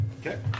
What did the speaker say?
Okay